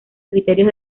criterios